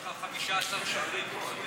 בבית האחרון יש לך 15 שוטרים פצועים.